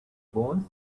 bones